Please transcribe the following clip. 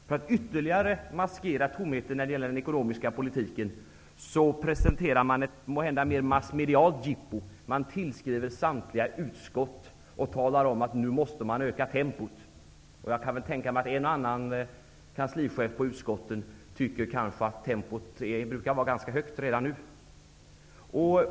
För att ytterligare maskera tomheten när det gäller den ekonomiska politiken presenterar man ett måhända mer massmedialt jippo; man tillskriver samtliga utskott och talar om att tempot nu måste öka. Jag kan tänka mig att en och annan kanslichef i utskotten tycker att tempot är ganska högt redan nu.